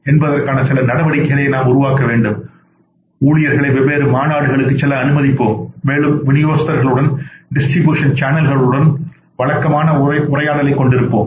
என்பதற்கான சில நடவடிக்கைகளை நாம் உருவாக்க வேண்டும் ஊழியர்களை வெவ்வேறு மாநாடுகளுக்கு செல்ல அனுமதிப்போம் மேலும் விநியோகஸ்தர்களுடனும் டிஸ்ட்ரிபியூஷன் சேனல்களுடனும் வழக்கமான உரையாடலைக் கொண்டிருப்போம்